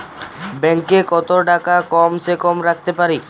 Bank এ কত টাকা কম সে কম রাখতে পারি?